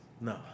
No